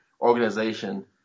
organization